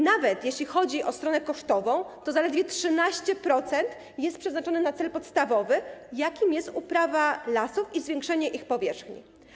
Nawet jeśli chodzi o stronę kosztową, to zaledwie 13% jest przeznaczone na cel podstawowy, jakim jest uprawa lasów i zwiększanie ich powierzchni.